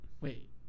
Wait